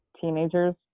teenagers